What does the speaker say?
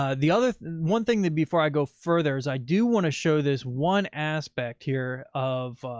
ah the other one thing that before i go further is i do want to show this one aspect here of,